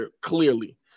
clearly